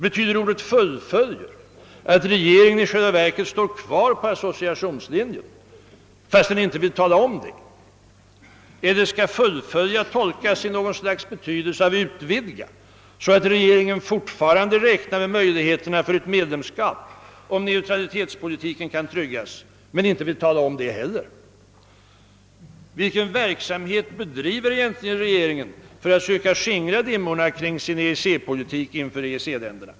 Betyder ordet »fullfölier» att regeringen i själva verket står kvar på associationslinjen, fastän den inte vill tala om det? Eller skall »fullfölja» på något sätt tolkas som »utvidga» så att regeringen fortfarande räknar med möjligheterna för ett medlemskap, om nu neutralitetspolitiken tryggas, men heller inte vill tala om det? Vilken verksamhet bedriver egentligen regeringen för att söka skingra dimmorna kring sin EEC-politik inför EEC länderna?